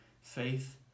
faith